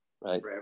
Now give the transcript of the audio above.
right